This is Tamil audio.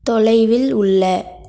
தொலைவில் உள்ள